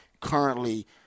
currently